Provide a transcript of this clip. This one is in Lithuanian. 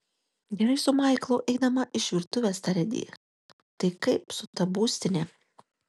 gerai su maiklu eidama iš virtuvės tarė di tai kaip su ta būstine